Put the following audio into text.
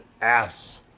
ass